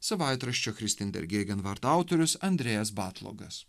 savaitraščio autorius andrejas batlogas